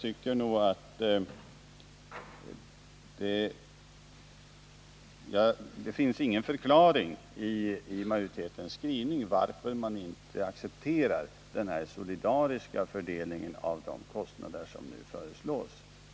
I majoritetens skrivning finns ingen förklaring till varför man inte accepterar det socialdemokratiska förslaget till fördelning av kostnaderna.